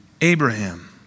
Abraham